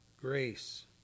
grace